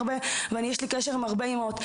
יש לי קשר עם הרבה אימהות.